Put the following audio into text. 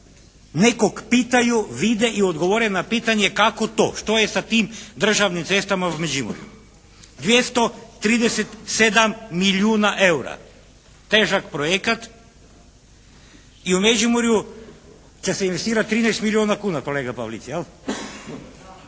nekog pitaju, vide i odgovore na pitanje kako to, što je sa tim državnim cestama u Međimurju. 237 milijuna eura težak projekat i u Međimurju će se investirati 13 milijuna kuna kolega Pavlic jel'.